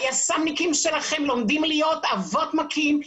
היס"מניקים שלכם לומדים להיות אבות מכים,